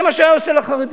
זה מה שהוא היה עושה לחרדים.